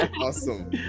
awesome